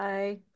Bye